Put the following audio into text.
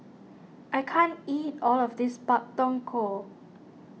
I can't eat all of this Pak Thong Ko